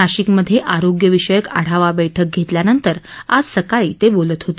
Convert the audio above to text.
नाशिक मध्ये आरोग्य विषयक आढावा बैठक घेतल्यानंतर आज सकाळी ते बोलत होते